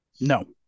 No